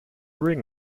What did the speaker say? ring